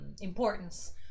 importance